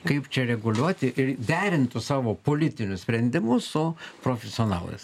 kaip čia reguliuoti ir derintų savo politinius sprendimus su profesionalais